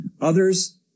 Others